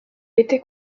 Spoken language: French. été